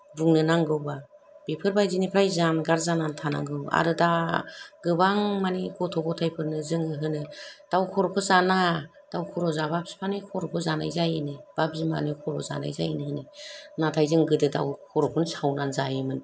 बुंनो नांगौ बा बेफोरबायदिनिफ्राय जानगार जानानै थानांगौ आरो दा गोबां माने गथ' गथाइफोरनो जोङो होनो दाउ खर'खौ जानो नाङा दाउ खर' जाबा फिफानि खर'खौ जानाय जायोनो बा बिमानि खर' जानाय जायोनो होनो नाथाय जों गोदो दाउ खर'खौनो सावनानै जायोमोन